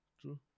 True